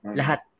lahat